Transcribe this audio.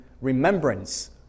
remembrance